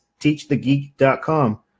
teachthegeek.com